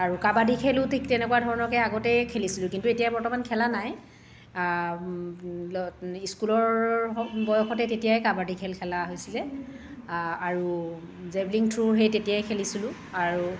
আৰু কাবাডী খেলোঁ ঠিক তেনেকুৱা ধৰণকেই আগতেই খেলিছিলোঁ কিন্তু এতিয়া বৰ্তমান খেলা নাই স্কুলৰ বয়সতে তেতিয়াই কাবাডী খেল খেলা হৈছিলে আৰু জেবলিন থ্ৰ' সেই তেতিয়াই খেলিছিলোঁ আৰু